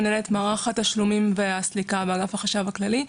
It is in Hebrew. מנהלת מערך התשלומים והסליקה באגף החשב הכללי.